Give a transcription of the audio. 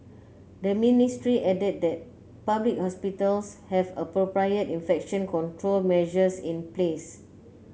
the ministry added that public hospitals have appropriate infection control measures in place